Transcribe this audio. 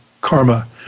karma